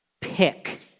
Pick